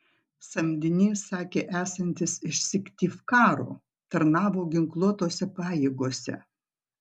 samdinys sakė esantis iš syktyvkaro tarnavo ginkluotosiose pajėgose